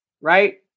right